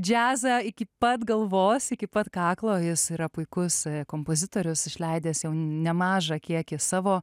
džiazą iki pat galvos iki pat kaklo jis yra puikus kompozitorius išleidęs jau nemažą kiekį savo